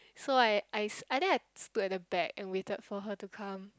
so I I I think I stood at the back and waited for her to come